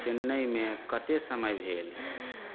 चेन्नईमे कतबा समय भेल